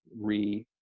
re